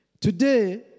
Today